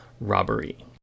Robbery